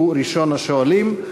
אגב,